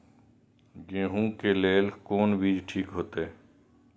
गेहूं के लेल कोन बीज ठीक होते?